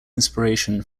inspiration